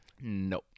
no